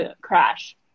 crash